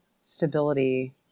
stability